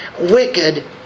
Wicked